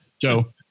Joe